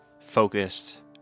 focused